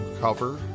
cover